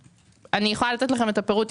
אני יכולה לתת לכם את הפירוט.